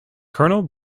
colonel